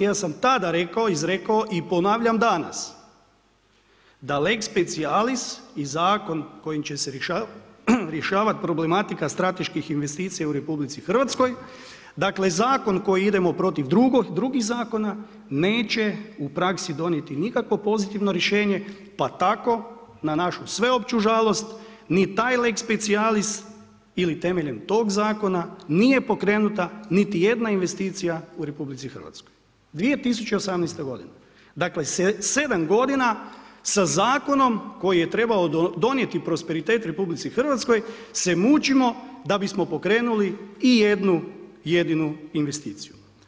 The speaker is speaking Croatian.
ja sam tad rekao, izrekao i ponavljam danas, da lex specijalis i zakon kojim će se rješavati problematika strateških investicija u RH, dakle, zakon koji idemo protiv drugih zakona, neće u praksi donijeti nikakvu pozitivno rješenje, pa tako na našu sveopću žalost, ni taj lex specijlis ili temeljem tog zakona, nije pokrenuta niti jedna investicija u RH, 2018. g. Dakle, 7 g. sa zakonom koji je trebao donijeti prosperitet RH se mučimo da bismo pokrenuli i jednu jedinu investiciju.